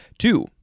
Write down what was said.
Two